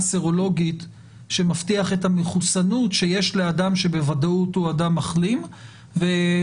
סרולוגית שמבטיח את המחוסנות שיש לאדם שבוודאות הוא אדם מחלים ובעקבות